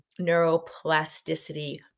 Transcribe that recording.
neuroplasticity